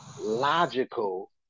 logical